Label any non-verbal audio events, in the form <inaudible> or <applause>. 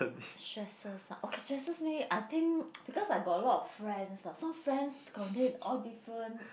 stresses ah okay stresses me I think <noise> because I got a lot of friends ah so friends contain all different